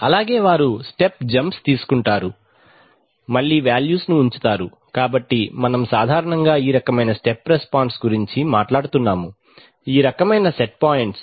అలాగే వారు step jumps తీసుకుంటారు మళ్ళీ వాల్యూస్ ని ఉంచుతారు కాబట్టి మనము సాధారణంగా ఈ రకమైన స్టెప్ రెస్పాన్స్ గురించి మాట్లాడుతున్నాము ఈ రకమైన సెట్ పాయింట్స్